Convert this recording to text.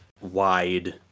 wide